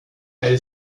elle